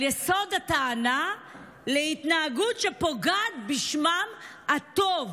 יסוד הטענה להתנהגות שפוגעת בשמם הטוב